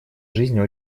жизнь